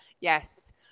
yes